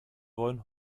wollen